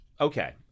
okay